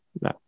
no